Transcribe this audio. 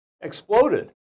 exploded